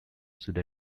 should